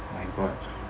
my god